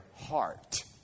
heart